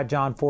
John